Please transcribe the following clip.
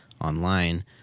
online